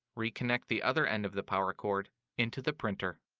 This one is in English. reconnect the other end of the power cord into the printer.